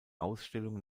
ausstellung